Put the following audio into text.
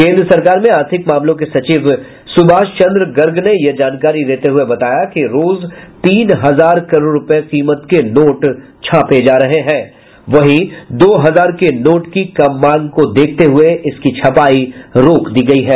केंद्र सरकार में आर्थिक मामलों के सचिव सुभाष चंद्र गर्ग ने यह जानकारी देते हुये बताया कि रोज तीन हजार करोड़ रूपये कीमत के नोट छापे जा रहे हैं वहीं दो हजार के नोट की कम मांग को देखते हुये इसकी छपायी रोक दी गयी है